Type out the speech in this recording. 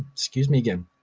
excuse me again.